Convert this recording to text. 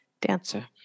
dancer